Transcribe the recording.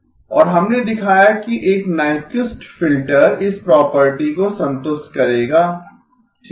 और हमने दिखाया कि एक नाइकुइस्ट फिल्टर इस प्रॉपर्टी को संतुष्ट करेगा ठीक है